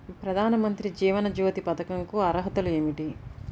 ప్రధాన మంత్రి జీవన జ్యోతి పథకంకు అర్హతలు ఏమిటి?